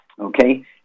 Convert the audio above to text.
okay